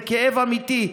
זה כאב אמיתי.